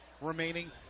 remaining